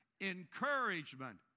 Encouragement